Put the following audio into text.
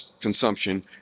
consumption